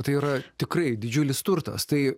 tai yra tikrai didžiulis turtas tai